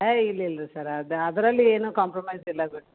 ಯೇ ಇಲ್ಲ ಇಲ್ಲ ರೀ ಸರ್ ಅದು ಅದರಲ್ಲಿ ಏನು ಕಾಂಪ್ರೊಮೈಸ್ ಇಲ್ಲ ಸರ್